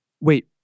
wait